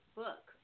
book